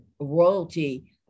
royalty